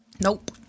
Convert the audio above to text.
Nope